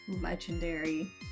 legendary